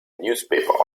newspaper